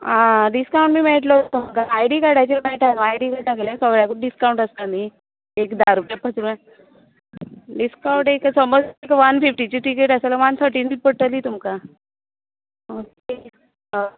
आं डिस्कावन्ट बी मेळटलो तुमकां आयडी कार्डाचेर मेळटा न्हू आयडी कार्ड दाखयल्यार सगल्यांकूच डिस्कावन्ट आसता न्ही एक धा रुपया पर्यंत डिस्कावन्ट एक समज वान फिफ्टीची टिकेट आसा जाल्यार वान थटी बी पडटली तुमकां